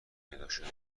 پیداشدن